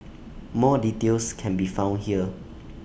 more details can be found here